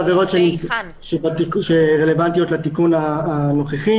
אתייחס לעבירות שרלוונטיות לתיקון הנוכחי.